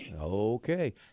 Okay